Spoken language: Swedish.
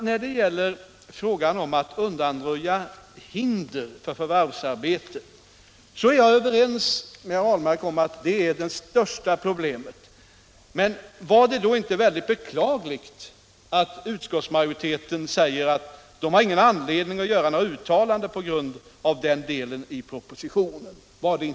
När det gäller att undanröja hinder för förvärvsarbete är jag överens med herr Ahlmark om att detta är det största problemet. Men är det då inte väldigt beklagligt att utskottsmajoriteten säger att det inte finns anledning att göra några uttalanden på grund av den delen av propositionen?